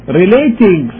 relating